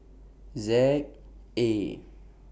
Z A